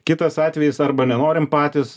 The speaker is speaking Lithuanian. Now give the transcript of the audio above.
kitas atvejis arba nenorim patys